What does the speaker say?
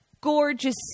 gorgeous